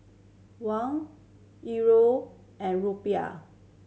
Won Euro and Rupiah